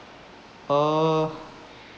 uh